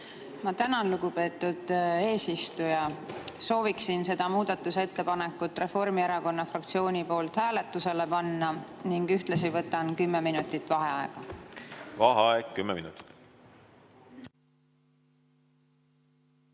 Ma tänan, lugupeetud eesistuja! Sooviksin seda muudatusettepanekut Reformierakonna fraktsiooni poolt hääletusele panna ning ühtlasi võtan kümme minutit vaheaega. Ma tänan,